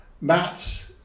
Matt